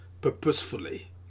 purposefully